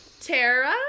Tara